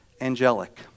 angelic